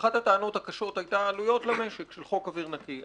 אחת הטענות הקשות הייתה העלויות למשק של חוק אוויר נקי.